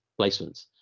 placements